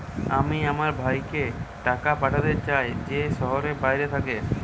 আমি আমার ভাইকে টাকা পাঠাতে চাই যে শহরের বাইরে থাকে